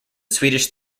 swedish